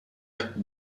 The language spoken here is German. app